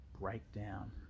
breakdown